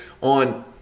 on